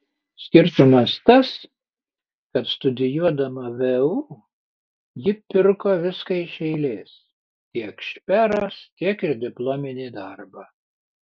skirtumas tas kad studijuodama vu ji pirko viską iš eilės tiek šperas tiek ir diplominį darbą